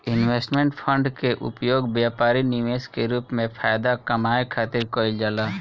investment fund के उपयोग व्यापारी निवेश के रूप में फायदा कामये खातिर कईल जाला